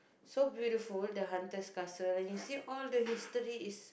so beautiful the hunter's castle and you see all the history is